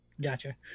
gotcha